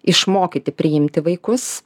išmokyti priimti vaikus